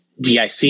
DIC